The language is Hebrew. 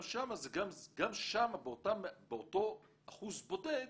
גם שם באותו אחוז בודד,